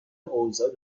اوضاع